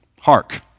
hark